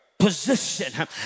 position